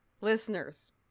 listeners